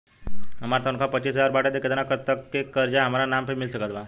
हमार तनख़ाह पच्चिस हज़ार बाटे त केतना तक के कर्जा हमरा नाम पर मिल सकत बा?